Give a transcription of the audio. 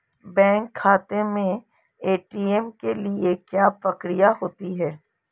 Bank खाते में ATM के लिए क्या प्रक्रिया होती है?